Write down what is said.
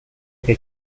que